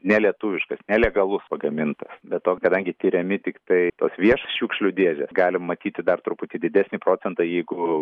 nelietuviškas nelegalus pagamintas be to kadangi tiriami tiktai tos vieš šiukšlių dėžės galim matyti dar truputį didesnį procentą jeigu